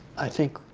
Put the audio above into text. i think,